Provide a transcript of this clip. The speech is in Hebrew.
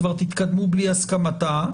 כבר תתקדמו בלי הסכמתה,